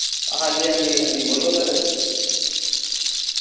हांजी हांजी हांजी बोल्लो सर